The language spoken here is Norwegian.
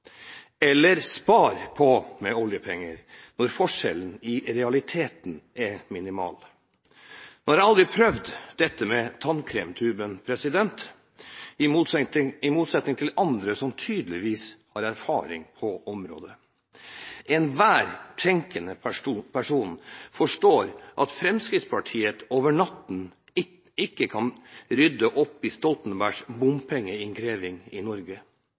eller spar på med oljepenger – når forskjellen i realiteten er minimal. Nå har jeg, i motsetning til andre, som tydeligvis har erfaring på området, aldri prøvd dette med tannkremtuben. Enhver tenkende person forstår at Fremskrittspartiet over natten ikke kan rydde opp i Stoltenbergs bompengeinnkreving i Norge.